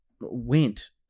went